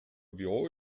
bureau